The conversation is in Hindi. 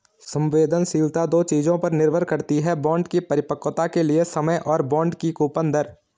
संवेदनशीलता दो चीजों पर निर्भर करती है बॉन्ड की परिपक्वता के लिए समय और बॉन्ड की कूपन दर